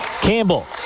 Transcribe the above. Campbell